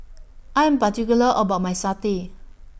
I Am particular about My Satay